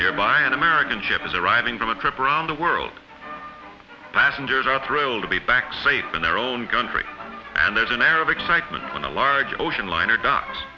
there by an american ship is arriving from a trip around the world passengers are thrilled to be back safe in their own country and there's an air of excitement in a large ocean liner do